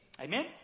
Amen